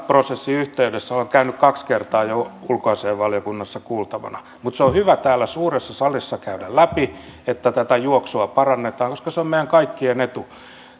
prosessin yhteydessä olen käynyt kaksi kertaa jo ulkoasiainvaliokunnassa kuultavana mutta se on hyvä täällä suuressa salissa käydä läpi että tätä juoksua parannetaan koska se on meidän kaikkien etu